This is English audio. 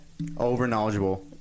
Overknowledgeable